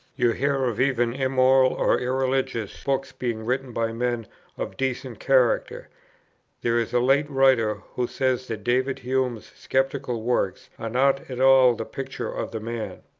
you hear of even immoral or irreligious books being written by men of decent character there is a late writer who says that david hume's sceptical works are not at all the picture of the man.